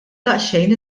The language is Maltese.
daqsxejn